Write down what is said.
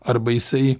arba jisai